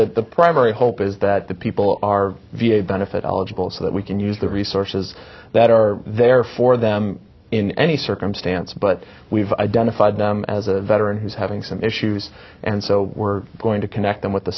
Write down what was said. that the primary hope is that the people are v a benefit eligible so that we can use the resources that are there for them in any circumstance but we've identified them as a veteran who's having some issues and so we're going to connect